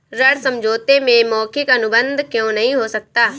ऋण समझौते में मौखिक अनुबंध क्यों नहीं हो सकता?